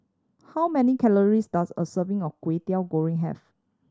how many calories does a serving of Kway Teow Goreng have